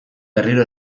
berriro